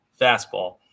fastball